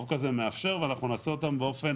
החוק הזה מאפשר ואנחנו נעשה אותם באופן